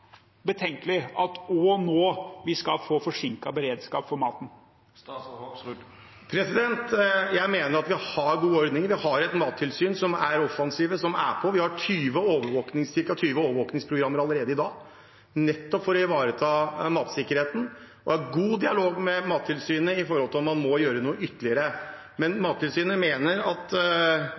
betenkelig at vi nå også skal få forsinket beredskap for maten? Jeg mener at vi har gode ordninger. Vi har et mattilsyn som er offensivt, og som er på. Vi har ca. 20 overvåkningsprogrammer allerede i dag, nettopp for å ivareta matsikkerheten. Vi har god dialog med Mattilsynet med tanke på om man må gjøre noe ytterligere. Men Mattilsynet mener at